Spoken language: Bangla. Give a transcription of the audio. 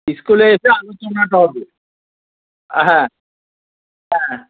স্কুলে এসে আলোচনাটা হবে হ্যাঁ হ্যাঁ